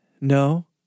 no